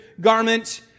garment